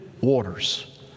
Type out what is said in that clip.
waters